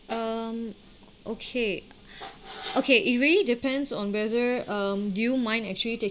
um okay okay it really depends on whether um do you mind actually taking